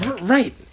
Right